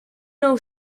nou